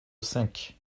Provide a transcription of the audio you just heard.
cinq